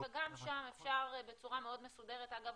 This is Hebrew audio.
וגם שם אפשר בצורה מאוד מסודרת אגב,